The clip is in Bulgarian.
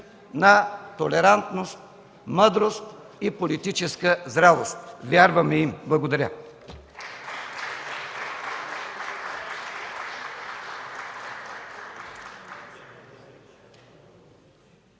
на толерантност, мъдрост и политическа зрялост – вярваме им! Благодаря.